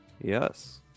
Yes